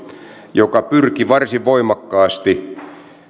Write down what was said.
joka pyrki varsin voimakkaasti